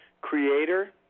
Creator